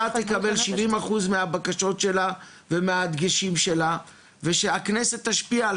תקבל 70% מהבקשות שלה ומהדגשים שלה ושהכנסת תשפיע על